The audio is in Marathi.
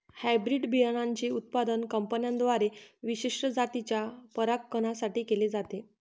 हायब्रीड बियाणांचे उत्पादन कंपन्यांद्वारे विशिष्ट जातीच्या परागकणां साठी केले जाते